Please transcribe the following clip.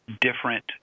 different